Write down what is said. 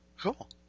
Cool